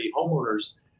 homeowner's